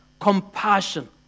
compassion